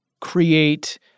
create